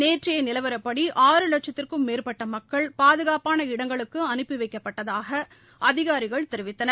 நேற்றைய நிலவரப்படி ஆறு வட்சத்திற்கும் மேற்பட்ட மக்கள் பாதுகாப்பான இடங்களுக்கு அனுப்பி வைக்கப்பட்டதாக அதிகாரிகள் தெரிவித்தனர்